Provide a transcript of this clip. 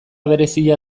berezia